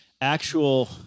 actual